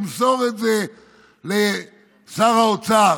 ותמסור את זה לשר האוצר: